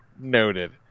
noted